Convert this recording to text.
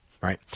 Right